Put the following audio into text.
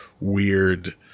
weird